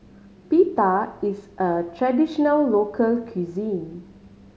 pita is a traditional local cuisine